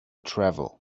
travel